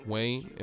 Wayne